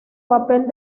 papel